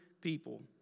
people